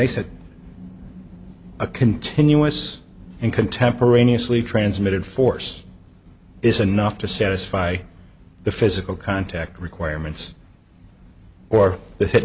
they said a continuous and contemporaneously transmitted force is enough to satisfy the physical contact requirements or